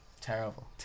Terrible